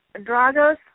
Dragos